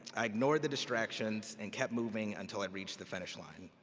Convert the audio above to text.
i ignored the distractions and kept moving until i reached the finish line.